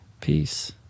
Peace